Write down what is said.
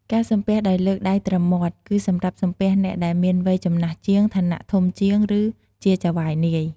ការសំពះដោយលើកដៃត្រឹមមាត់ គឺសម្រាប់សំពះអ្នកដែលមានវ័យចំណាស់ជាង ឋានៈធំជាង ឬជាចៅហ្វាយនាយ។